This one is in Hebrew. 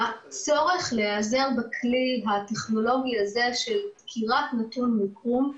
אתייחס לצורך להיעזר בכלי הטכנולוגי של דקירת נתון מיקום.